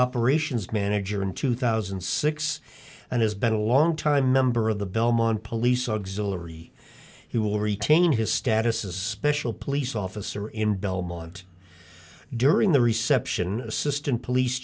operations manager in two thousand and six and has been a long time member of the belmont police auxilary he will retain his status as a special police officer in belmont during the reception assistant police